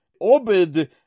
Obed